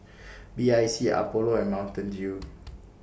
B I C Apollo and Mountain Dew